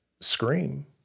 scream